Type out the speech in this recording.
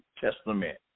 Testament